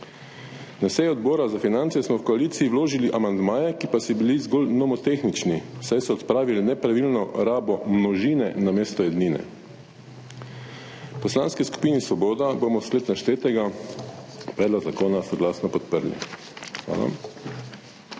Na seji Odbora za finance smo v koaliciji vložili amandmaje, ki pa so bili zgolj nomotehnični, saj so odpravili nepravilno rabo množine namesto ednine. V Poslanski skupini Svoboda bomo vsled naštetega predlog zakona soglasno podprli. Hvala.